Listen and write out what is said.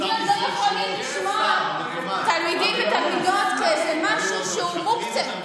יכולים לשמוע תלמידים ותלמידות כאיזה משהו שהוא מוקצה.